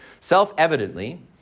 Self-evidently